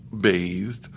bathed